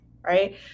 right